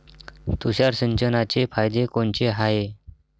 तुषार सिंचनाचे फायदे कोनचे हाये?